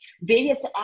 various